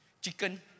Chicken